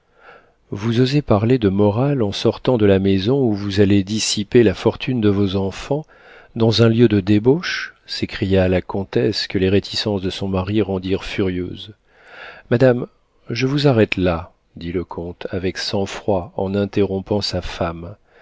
vous osez parler de morale en sortant de la maison où vous avez dissipé la fortune de vos enfants dans un lieu de débauche s'écria la comtesse que les réticences de son mari rendirent furieuse madame je vous arrête là dit le comte avec sang-froid en interrompant sa femme